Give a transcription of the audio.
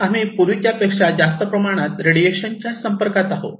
आम्ही पूर्वीच्यापेक्षा जास्त प्रमाणात रेडिएशनच्या संपर्कात आहोत